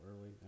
early